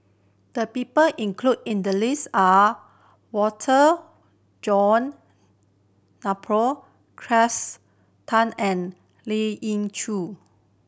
the people included in the list are Walter John Napier Cleo Thang and Lien Ying Chow